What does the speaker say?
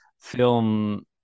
film